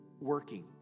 working